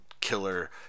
killer